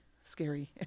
scary